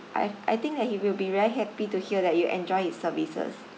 I I think that he will be very happy to hear that you enjoyed his services